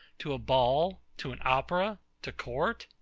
to a ball, to an opera, to court?